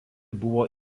buvo